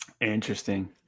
Interesting